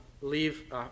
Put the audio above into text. leave